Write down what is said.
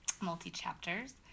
Multi-chapters